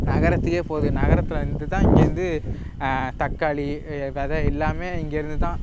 நகரத்துக்கே போகுது நகரத்தில் இருந்து தான் இங்கேருந்து தக்காளி வித எல்லாமே இங்கேயிருந்து தான்